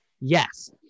Yes